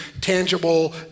tangible